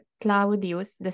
Claudius